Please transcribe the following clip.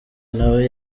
nawe